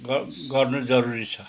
गर गर्नु जरुरी छ